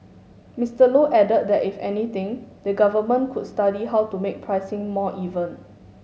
Mister Low added that if anything the Government could study how to make pricing more even